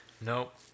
Nope